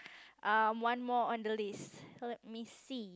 um one more on the list let me see